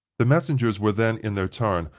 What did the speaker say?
the messengers were then, in their turn,